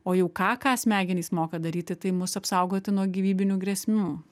o jau ką ką smegenys moka daryti tai mus apsaugoti nuo gyvybinių grėsmių